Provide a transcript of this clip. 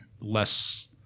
less